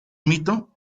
mito